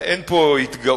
אין פה התגאות